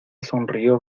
sonrió